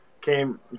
came